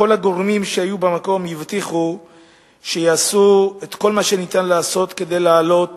כל הגורמים שהיו במקום הבטיחו שיעשו את כל מה שניתן לעשות כדי לעלות